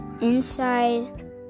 inside